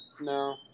No